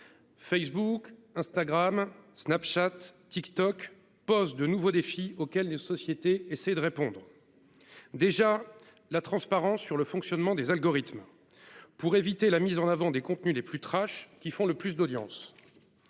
Facebook, Instagram, Snapchat, TikTok pose de nouveaux défis auxquels les sociétés essayer de répondre. Déjà la transparence sur le fonctionnement des algorithmes. Pour éviter la mise en avant des contenus les plus trash qui font le plus d'audience.